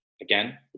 again